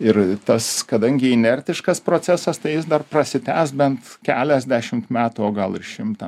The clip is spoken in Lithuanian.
ir tas kadangi inertiškas procesas tai jis dar prasitęs bent keliasdešimt metų o gal ir šimtą